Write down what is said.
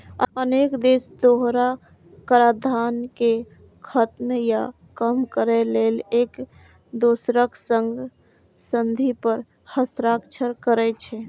अनेक देश दोहरा कराधान कें खत्म या कम करै लेल एक दोसरक संग संधि पर हस्ताक्षर करै छै